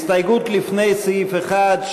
הסתייגויות לפני סעיף 1,